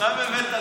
עכשיו הבאת לו.